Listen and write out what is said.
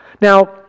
Now